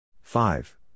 five